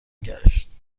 گشت